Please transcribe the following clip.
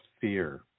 fear